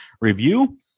review